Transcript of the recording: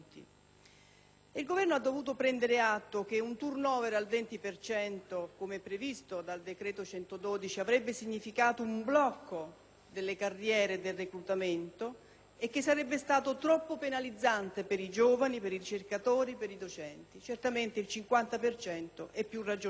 Il Governo ha dovuto prendere atto che un *turnover* al 20 per cento, come previsto dal decreto-legge n. 112, avrebbe comportato un blocco delle carriere e del reclutamento e sarebbe stato troppo penalizzante per i giovani, per i ricercatori e per i docenti: certamente il 50 per cento è più ragionevole.